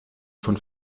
von